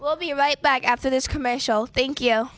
ill be right back after this commercial thank you